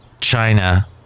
China